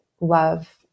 love